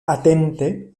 atente